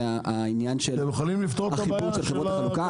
חברות החלוקה.